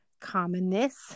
commonness